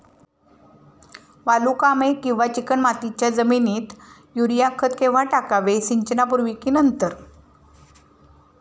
वालुकामय किंवा चिकणमातीच्या जमिनीत युरिया खत केव्हा टाकावे, सिंचनापूर्वी की नंतर?